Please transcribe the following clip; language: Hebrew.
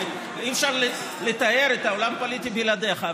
ואי-אפשר לתאר את העולם הפוליטי בלעדיך,